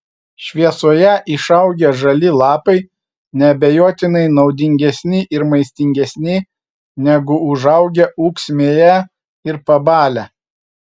šviesoje išaugę žali lapai neabejotinai naudingesni ir maistingesni negu užaugę ūksmėje ir pabalę